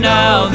now